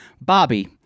Bobby